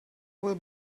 will